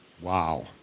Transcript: Wow